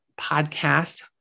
podcast